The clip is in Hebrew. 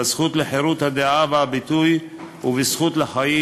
בזכות לחירות הדעה והביטוי ובזכות לחיים,